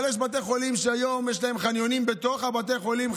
אבל יש בתי חולים שהיום יש להם חניונים פרטיים בתוך בתי החולים,